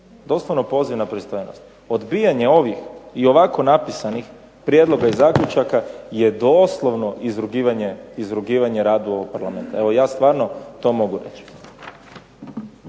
doslovno poziv na pristojnost. Odbijanje ovih i ovako napisanih prijedloga i zaključaka je doslovno izrugivanje radu ovog parlamenta. Evo, ja stvarno to mogu reći.